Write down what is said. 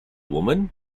woman